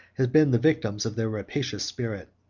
have been the victims of their rapacious spirit.